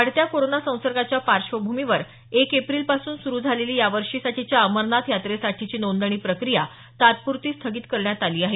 वाढत्या कोरोना संसर्गाच्या पार्श्वभूमीवर एक एप्रिलपासून सुरु झालेली या वर्षासाठीच्या अमरनाथ यात्रेसाठीची नोंदणी प्रक्रिया तात्पुरती स्थगित करण्यात आली आहे